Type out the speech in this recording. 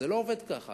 זה לא עובד ככה.